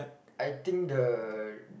I think the